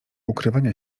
ukrywania